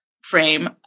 frame